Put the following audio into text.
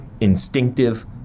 instinctive